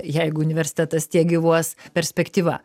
jeigu universitetas tiek gyvuos perspektyva